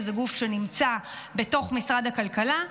שזה גוף שנמצא בתוך משרד הכלכלה.